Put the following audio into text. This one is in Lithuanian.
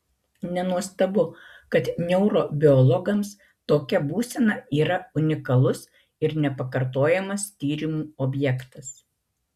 nenuostabu kad neurobiologams tokia būsena yra unikalus ir nepakartojamas tyrimų objektas